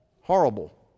horrible